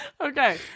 Okay